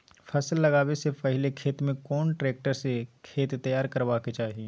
फसल लगाबै स पहिले खेत में कोन ट्रैक्टर स खेत तैयार करबा के चाही?